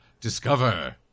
Discover